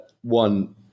one